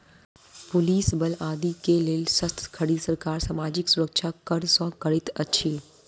police बल आदि के लेल शस्त्र खरीद, सरकार सामाजिक सुरक्षा कर सँ करैत अछि